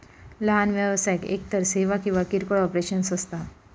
लहान व्यवसाय एकतर सेवा किंवा किरकोळ ऑपरेशन्स असता